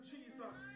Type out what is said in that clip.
Jesus